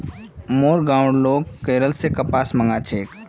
मोर गांउर लोग केरल स कपास मंगा छेक